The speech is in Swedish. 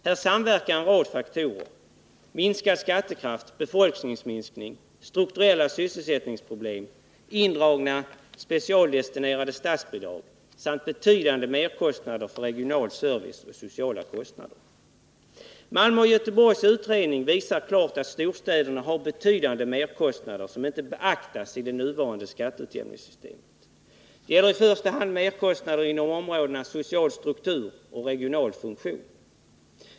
Här samverkar en rad faktorer: minskad skattekraft, befolkningsminskning och strukturella sysselsättningsproblem, indragna specialdestinerade statsbidrag samt betydande merkostnader för regional service och sociala kostnader. Malmö och Göteborgs kommuners utredning visar klart att storstäderna har betydande merkostnader som inte beaktas i det nuvarande skatteutjämningssystemet. Det gäller i första hand merkostnader inom områdena social struktur och regional funktion.